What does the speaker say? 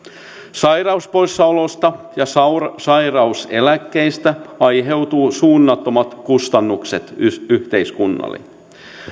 sairauspoissaoloista ja sairauseläkkeistä aiheutuu suunnattomat kustannukset yhteiskunnalle